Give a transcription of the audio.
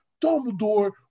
Dumbledore